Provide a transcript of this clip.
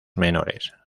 menores